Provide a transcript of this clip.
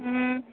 ହୁଁ